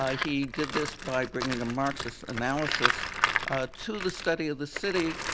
ah he did this by bringing a marxist analysis to the study of the city,